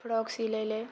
frock सी लै लए